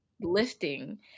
lifting